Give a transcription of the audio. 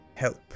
help